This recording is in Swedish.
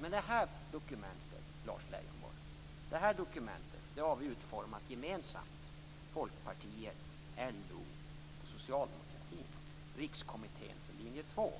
Men det här dokumentet, Lars Leijonborg, har Folkpartiet, LO och socialdemokratin utformat gemensamt i rikskommittén för linje 2.